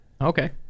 okay